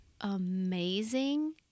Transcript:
amazing